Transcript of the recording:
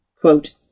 quote